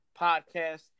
podcast